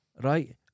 right